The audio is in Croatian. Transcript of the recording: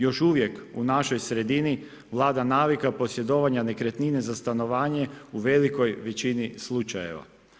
Još uvijek u našoj sredini vlada navika posjedovanja nekretnine za stanovanje u velikoj većini slučajeva.